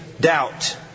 doubt